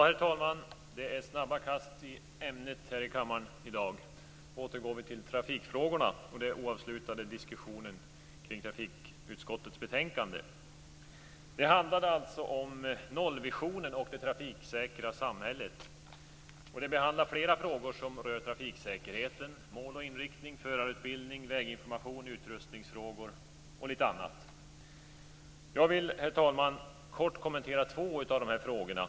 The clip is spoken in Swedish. Herr talman! Det är snabba kast i kammaren i dag. Nu återgår vi till trafikfrågorna och den oavslutade diskussionen kring trafikutskottets betänkande. Det handlar alltså om nollvisionen och det trafiksäkra samhället, och det behandlar flera frågor som rör trafiksäkerheten: mål och inriktning, förarutbildning, väginformation, utrustningsfrågor och litet annat. Jag vill, herr talman, kort kommentera två av de här frågorna.